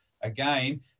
Again